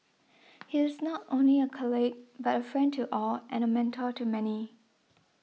he is not only a colleague but a friend to all and a mentor to many